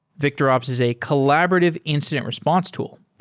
victorops is a collaborative incident response tool,